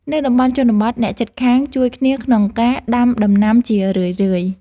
នៅតំបន់ជនបទ អ្នកជិតខាងជួយគ្នាក្នុងការដាំដំណាំជារឿយៗ។